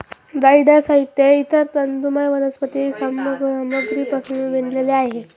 जाळीदार साहित्य हे इतर तंतुमय वनस्पती सामग्रीपासून विणलेले आहे